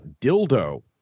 Dildo